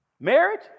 Marriage